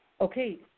Okay